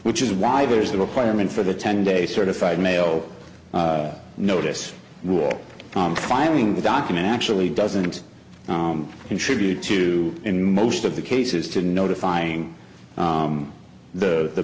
which is why there's the requirement for the ten day certified mail notice rule from filing the document actually doesn't contribute to in most of the cases to notifying the